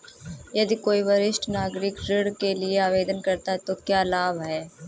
यदि कोई वरिष्ठ नागरिक ऋण के लिए आवेदन करता है तो क्या लाभ हैं?